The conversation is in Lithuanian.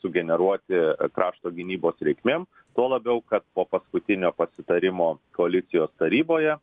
sugeneruoti krašto gynybos reikmėm tuo labiau kad po paskutinio pasitarimo koalicijos taryboje